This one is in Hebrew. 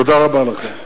תודה רבה לכם.